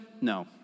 No